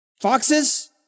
Foxes